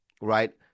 Right